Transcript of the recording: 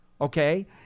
okay